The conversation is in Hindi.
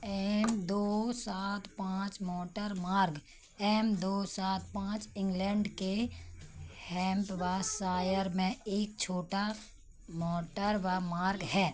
एम दो सात पाँच मोटर मार्ग एम दो सात पाँच इंग्लैंड के हैम्पवसायर में एक छोटा मोटर व मार्ग है